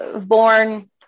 born